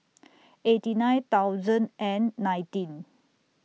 eighty nine thousand and nineteen